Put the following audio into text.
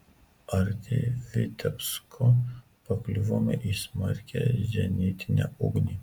arti vitebsko pakliuvome į smarkią zenitinę ugnį